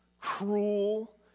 cruel